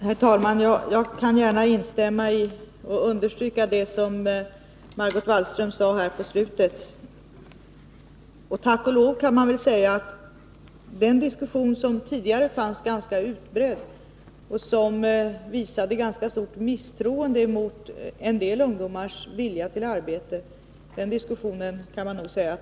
Herr talman! Jag kan gärna instämma i och understryka det som Margot Wallström sade i slutet av sitt anförande. Tack och lov kan man nog säga att den diskussion nu har stannat av som tidigare var ganska utbredd och som visade ett ganska stort misstroende mot en del ungdomars vilja att arbeta.